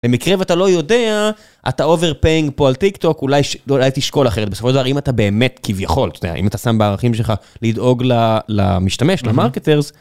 במקרה ואתה לא יודע, אתה over paying פה על טיק טוק, אולי תשקול אחרת. בסופו של דבר, אם אתה באמת כביכול, אתה יודע, אם אתה שם בערכים שלך לדאוג למשתמש, למרקטרס,